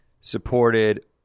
supported